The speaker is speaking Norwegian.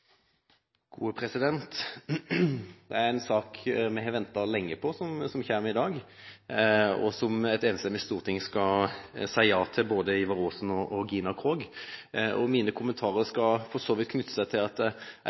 en sak vi har ventet lenge på, som kommer i dag, og et enstemmig storting vil si ja til både Ivar Aasen og Gina Krog. Jeg synes det er et godt bilde på at